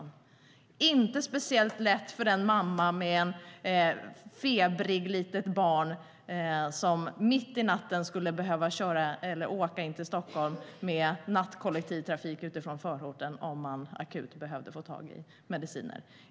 Det var inte speciellt lätt för en mamma med ett febrigt litet barn som mitt i natten behövde åka in till Stockholm med nattkollektivtrafik från förorten om hon akut behövde få tag i mediciner.